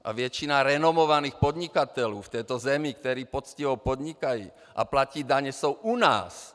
A většina renomovaných podnikatelů v této zemi, kteří poctivě podnikají a platí daně, jsou u nás!